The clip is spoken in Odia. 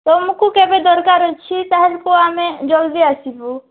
ତୁମକୁ କେବେ ଦରକାର ଅଛି ଚାହିଁଲେ ତ ଆମେ ଜଲଦି ଆସିବୁ